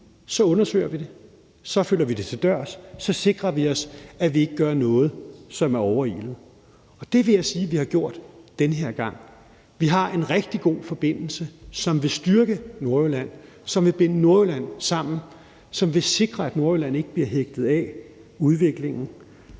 så undersøger vi det, så følger vi det til dørs, og så sikrer vi os, at vi ikke gør noget, som er overilet. Og alt det vil jeg sige vi har gjort den her gang. Vi har en rigtig god forbindelse, som vil styrke Nordjylland, som vil binde Nordjylland sammen, og som vil sikre, at Nordjylland ikke bliver hægtet af udviklingen,